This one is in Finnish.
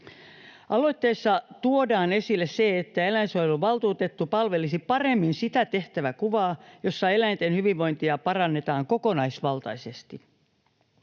Aloitteessa tuodaan esille, että eläinsuojeluvaltuutettu palvelisi paremmin sitä tehtäväkuvaa, jossa eläinten hyvinvointia parannetaan kokonaisvaltaisesti.